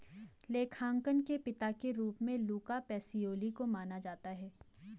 लेखांकन के पिता के रूप में लुका पैसिओली को माना जाता है